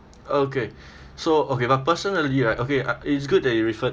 okay so okay but personally right okay uh it's good that you referred